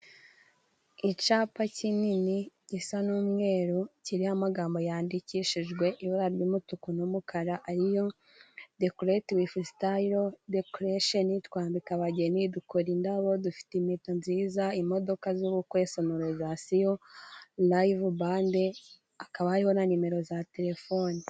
Icapa kinini gisa n'umweru kiriho amagambo yandikishijwe ibara ry'umutuku n'umukara ariyo dekoreti wivu sitayiro dekoresheni, twambika abageni, dukora indabo, dufite impeta nziza, imodoka z'ubukwe, sonorizasiyo layivu bande, hakaba hariho na nimero za telefoni.